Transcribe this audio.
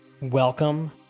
Welcome